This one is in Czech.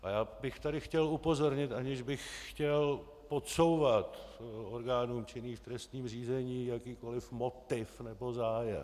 A já bych tady chtěl upozornit, aniž bych chtěl podsouvat orgánům činným v trestním řízení jakýkoliv motiv nebo zájem.